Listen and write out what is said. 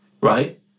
right